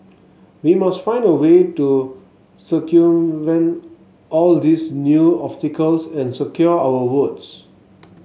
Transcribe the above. we must find a way to circumvent all these new obstacles and secure our votes